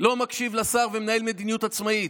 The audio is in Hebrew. לא מקשיב לשר ומנהל מדיניות עצמאית.